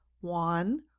one